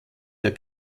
der